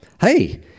Hey